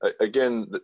Again